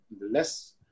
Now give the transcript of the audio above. less